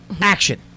Action